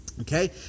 Okay